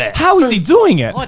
it? how was he doing it? i